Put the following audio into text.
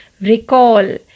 recall